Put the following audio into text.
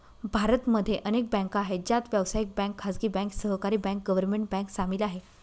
भारत मध्ये अनेक बँका आहे, ज्यात व्यावसायिक बँक, खाजगी बँक, सहकारी बँक, गव्हर्मेंट बँक सामील आहे